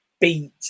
beat